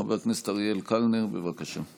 חבר הכנסת אריאל קלנר, בבקשה.